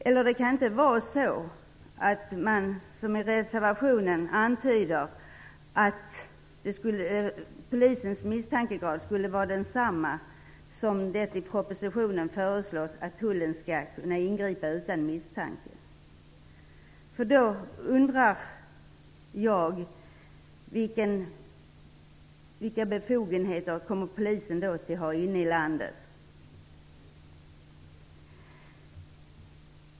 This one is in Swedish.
Eller kan det vara så att, som det antyds i reservationen, polisens misstankegrad skulle vara densamma som när det i propositionen föreslås att tullen skall kunna ingripa utan misstanke? Då undrar jag vilka befogenheter polisen kommer att ha inne i landet.